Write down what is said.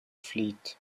fleet